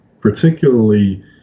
particularly